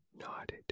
nodded